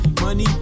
money